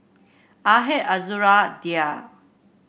Ahad Azura Dhia